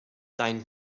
dein